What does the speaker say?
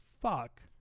fuck